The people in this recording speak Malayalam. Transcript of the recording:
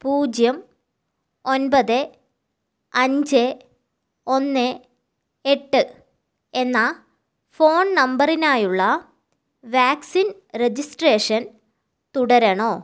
പൂജ്യം ഒൻപത് അഞ്ച് ഒന്ന് എട്ട് എന്ന ഫോൺ നമ്പറിനായുള്ള വാക്സിൻ രജിസ്ട്രേഷൻ തുടരണോ